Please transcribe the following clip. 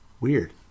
Weird